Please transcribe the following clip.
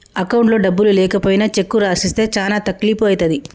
అకౌంట్లో డబ్బులు లేకపోయినా చెక్కు రాసిస్తే చానా తక్లీపు ఐతది